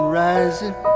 rising